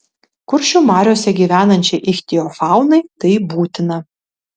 kuršių mariose gyvenančiai ichtiofaunai tai būtina